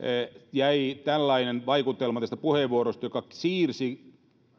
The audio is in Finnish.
jäi tällainen vaikutelma tästä puheenvuorosta joka siirsi